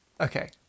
okay